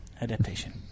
Adaptation